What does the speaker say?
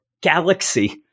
galaxy